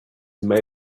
made